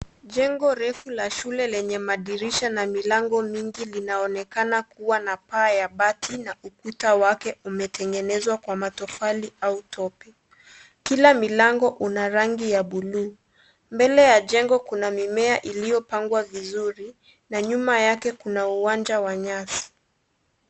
Jengo refu la shule lenye madirisha na milango mingi linaonekana kuwa na paa ya bati na ukuta wake umetengenezwa kwa matofali au tope. Kila milango una rangi ya bluu. Mbele ya jengo kuna mimea iliyopangwa vizuri, na nyuma yake kuna uwanja wa nyasi.